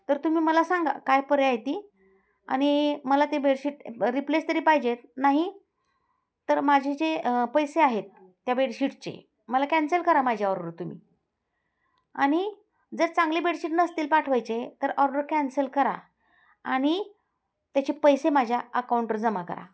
तर तुम्ही मला सांगा काय पर्याय आहे ती आणि मला ते बेडशीट रिप्लेस तरी पाहिजे आहेत नाही तर माझे जे पैसे आहेत त्या बेडशीटचे मला कॅन्सल करा माझी ऑर्डर तुम्ही आणि जर चांगली बेडशीट नसतील पाठवायचे तर ऑर्डर कॅन्सल करा आणि त्याचे पैसे माझ्या अकाऊंटवर जमा करा